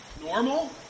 Normal